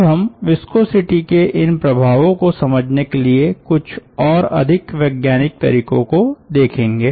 अब हम विस्कोसिटी के इन प्रभावों को समझने के कुछ और अधिक वैज्ञानिक तरीकों को देखेंगे